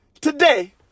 today